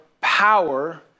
power